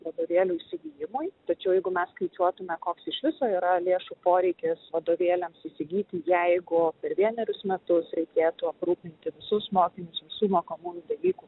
vadovėlių įsigijimui tačiau jeigu mes skaičiuotume koks iš viso yra lėšų poreikis vadovėliams įsigyti jeigu per vienerius metus reikėtų aprūpinti visus mokinius visų mokomųjų dalykų